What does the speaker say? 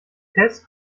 tess